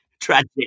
tragic